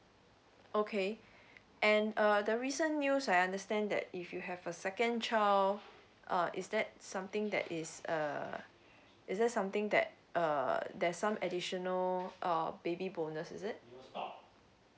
okay and uh the recent news I understand that if you have a second child uh is that something that is uh it's that something that uh there's some additional uh baby bonus is it